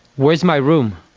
where is my room.